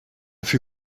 fut